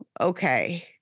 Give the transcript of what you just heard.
okay